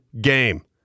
game